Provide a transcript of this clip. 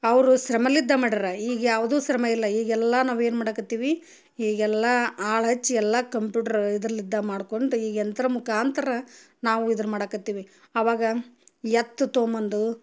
ಅವ್ರು ಸ್ರಮಲಿದ್ದ ಮಾಡಿರ ಈಗ ಯಾವುದು ಶ್ರಮ ಇಲ್ಲ ಈಗೆಲ್ಲ ನಾವು ಏನು ಮಾಡಕತ್ತೀವಿ ಈಗೆಲ್ಲ ಆಳು ಹಚ್ಚಿ ಎಲ್ಲ ಕಂಪ್ಯೂಟ್ರ್ ಇದರಲ್ಲಿ ಇದ್ದ ಮಾಡ್ಕೊಂಡು ಈಗ ಯಂತ್ರ ಮುಖಾಂತರ ನಾವು ಇದರ ಮಾಡಕತ್ತೀವಿ ಆವಾಗ ಎತ್ತು ತಗೊಬಂದು